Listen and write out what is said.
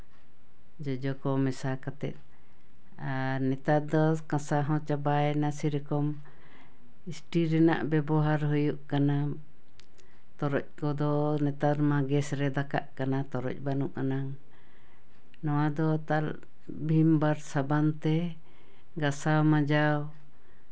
ᱡᱚᱡᱚ ᱠᱚ ᱢᱮᱥᱟ ᱠᱟᱛᱮᱜ ᱟᱨ ᱱᱮᱛᱟᱨ ᱫᱚ ᱠᱟᱸᱥᱟ ᱦᱚᱸ ᱪᱟᱵᱟᱭᱮᱱᱟ ᱥᱮᱭᱨᱚᱠᱚᱢ ᱤᱥᱴᱤᱞ ᱨᱮᱭᱟᱜ ᱵᱮᱵᱚᱦᱟᱨ ᱦᱩᱭᱩᱜ ᱠᱟᱱᱟ ᱛᱚᱨᱚᱡ ᱠᱚᱫᱚ ᱱᱮᱛᱟᱨ ᱢᱟ ᱜᱮᱥ ᱨᱮ ᱫᱟᱠᱟᱜ ᱠᱟᱱᱟ ᱛᱚᱨᱚᱡ ᱵᱟᱹᱱᱩᱜ ᱟᱱᱟᱝ ᱱᱚᱣᱟ ᱫᱚ ᱛᱟᱨ ᱵᱷᱤᱢ ᱵᱟᱨ ᱥᱟᱵᱟᱱ ᱛᱮ ᱜᱟᱥᱟᱣᱼᱢᱟᱡᱟᱣ